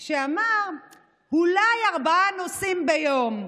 שאמר: אולי ארבעה נוסעים ביום,